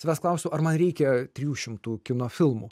savęs klausiu ar man reikia trijų šimtų kino filmų